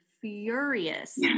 furious